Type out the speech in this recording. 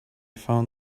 found